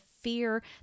fear